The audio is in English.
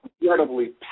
incredibly